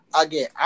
Again